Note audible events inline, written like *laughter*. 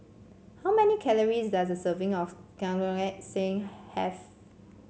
how many calories does a serving of *unintelligible* have